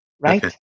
right